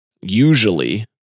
usually